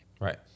Right